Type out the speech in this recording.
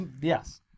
Yes